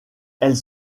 elles